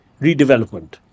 redevelopment